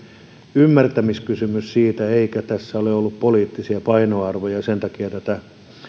ymmärtämiskysymys siitä eikä tässä ole ollut poliittisia painoarvoja ja sen takia tätä